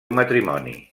matrimoni